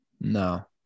No